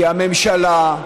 כי הממשלה,